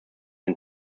den